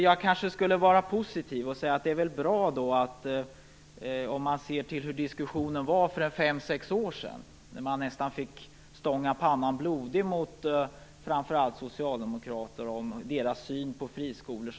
Jag kanske borde vara positiv och säga att det väl är bra nu, jämfört med hurdan diskussionen var för fem sex år sedan, när man nästan fick stånga pannan blodig mot framför allt socialdemokrater och deras syn på friskolor.